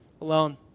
alone